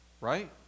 right